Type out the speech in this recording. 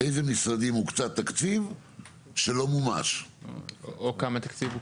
לאיזה משרדים הוקצה תקציב שלא מומש או כמה תקציב?